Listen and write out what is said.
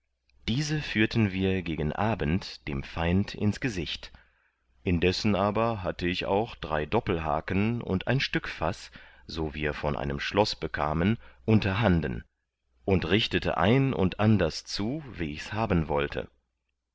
diese führten wir gegen abend dem feind ins gesicht indessen aber hatte ich auch drei doppelhaken und ein stückfaß so wir von einem schloß bekamen unterhanden und richtete ein und anders zu wie ichs haben wollte